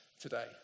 today